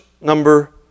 number